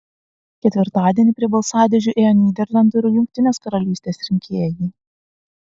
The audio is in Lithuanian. ketvirtadienį prie balsadėžių ėjo nyderlandų ir jungtinės karalystės rinkėjai